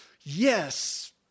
yes